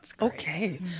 okay